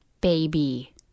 Baby